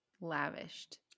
Lavished